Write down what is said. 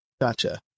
Gotcha